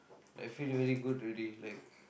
like feel very good already like